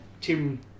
Tim